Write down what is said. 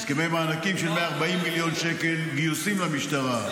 הסכמי מענקים של 140 מיליון שקל, גיוסים למשטרה.